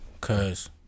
cause